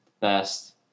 best